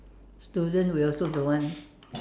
student we also don't want